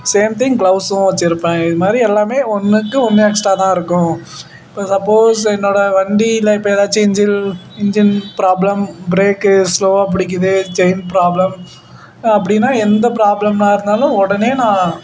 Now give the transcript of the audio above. same thing க்ளவுஸும் வெச்சிருப்பேன் இது மாதிரி எல்லாமே ஒன்றுக்கு ஒன்று எக்ஸ்ட்டா தான் இருக்கும் இப்போ சப்போஸ் என்னோடய வண்டியில் இப்போ ஏதாச்சும் இன்ஜில் இன்ஜின் ப்ராப்ளம் ப்ரேக்கு ஸ்லோவாக பிடிக்கிது செயின் ப்ராப்ளம் அப்படின்னா எந்த ப்ராப்ளமாக இருந்தாலும் உடனே நான்